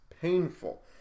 painful